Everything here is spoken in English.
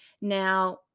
Now